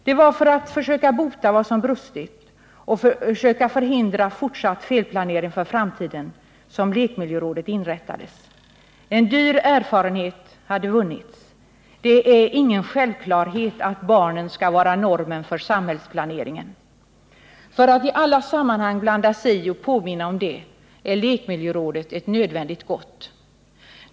Det var för att försöka bota vad som brustit och försöka förhindra fortsatt felplanering för framtiden som lekmiljörådet inrättades. En dyr erfarenhet hade vunnits — det är ingen självklarhet att barnen skall vara normen för samhällsplaneringen. För att i alla sammanhang blanda sig i och påminna om detta är lekmiljörådet ett nödvändigt gott.